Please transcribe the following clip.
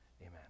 amen